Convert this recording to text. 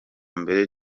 mbere